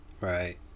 right